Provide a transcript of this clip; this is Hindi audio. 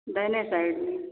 दहिने साइड में